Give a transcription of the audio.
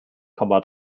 komma